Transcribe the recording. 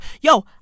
Yo